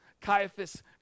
Caiaphas